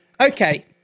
Okay